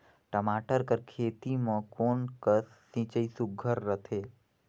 टमाटर कर खेती म कोन कस सिंचाई सुघ्घर रथे?